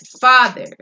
Father